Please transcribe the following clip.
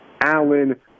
Allen